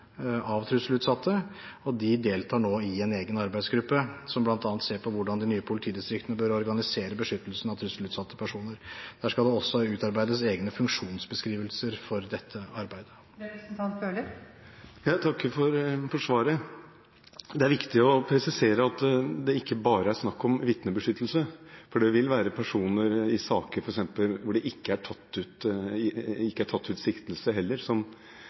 av trusselutsatte. De deltar nå i en egen arbeidsgruppe, som bl.a. ser på hvordan de nye politidistriktene bør organisere beskyttelsen av trusselutsatte personer. Det skal også utarbeides egne funksjonsbeskrivelser for dette arbeidet. Jeg takker for svaret. Det er viktig å presisere at det ikke bare er snakk om vitnebeskyttelse, for det vil være personer, f.eks. i saker hvor det heller ikke er tatt ut